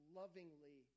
lovingly